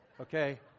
okay